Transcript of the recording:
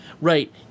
Right